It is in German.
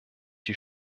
die